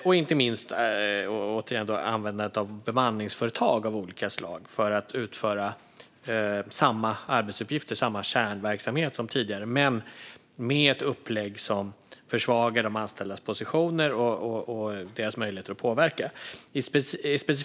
Det gäller återigen inte minst användandet av bemanningsföretag av olika slag för att utföra samma arbetsuppgifter och samma kärnverksamhet som tidigare men med ett upplägg som försvagar de anställdas positioner och deras möjligheter att påverka.